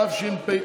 התשפ"א